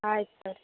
ಆಯ್ತು ಸರಿ